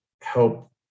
help